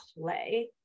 play